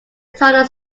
tunnel